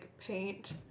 paint